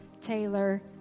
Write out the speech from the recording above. Taylor